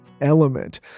Element